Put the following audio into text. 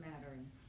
mattering